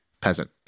peasant